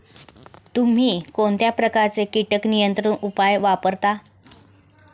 तुम्ही कोणत्या प्रकारचे कीटक नियंत्रण उपाय वापरता?